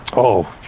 oh,